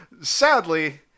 sadly